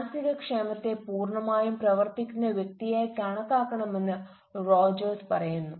മാനസിക ക്ഷേമത്തെ പൂർണ്ണമായും പ്രവർത്തിക്കുന്ന വ്യക്തിയായി കണക്കാക്കാമെന്ന് റോജേഴ്സ് പറയുന്നു